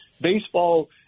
baseball